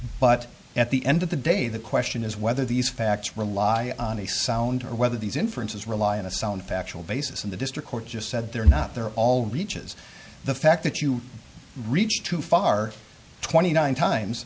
but at the end of the day the question is whether these facts rely on a sound or whether these inferences rely on a sound factual basis in the district court just said they're not they're all reaches the fact that you reach too far twenty nine times